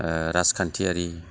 राजखान्थियारि